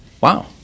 Wow